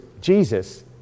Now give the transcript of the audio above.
Jesus